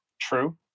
True